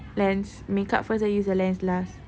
lens makeup first then use the lens last